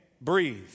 breathe